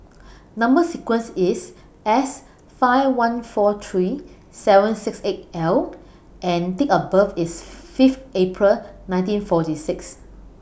Number sequence IS S five one four three seven six eight L and Date of birth IS five April nineteen forty six